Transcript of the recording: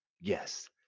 Yes